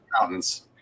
mountains